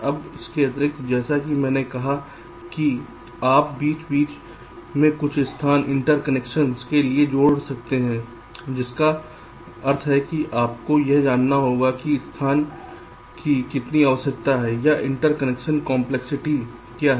अब इसके अतिरिक्त जैसा कि मैंने कहा कि आप बीच बीच में कुछ स्थान इंटरकनेक्शन के लिए जोड़ सकते हैं जिसका अर्थ है कि आपको यह जानना होगा कि स्थान की कितनी आवश्यकता है या इंटरकनेक्शन कंपलेक्सिटी क्या है